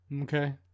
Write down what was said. Okay